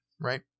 right